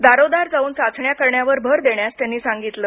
दारोदार जाऊन चाचण्या करण्यावर भर देण्यास त्यांनी सांगितलं